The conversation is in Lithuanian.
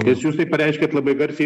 nes jūs tai pareiškėt labai garsiai